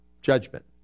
Judgment